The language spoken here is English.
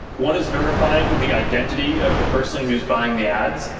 one is verifying the identity of the person who is buying the ads,